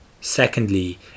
Secondly